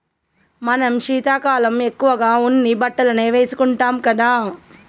మనం శీతాకాలం ఎక్కువగా ఉన్ని బట్టలనే వేసుకుంటాం కదా